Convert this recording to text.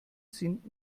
sind